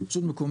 זו רשות מקומית,